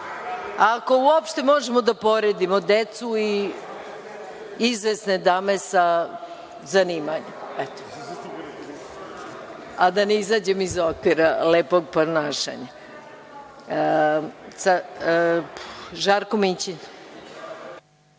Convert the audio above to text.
ako uopšte moramo da poredimo decu i izvesne dame, a da ne izađem iz okvira lepog ponašanja. Reč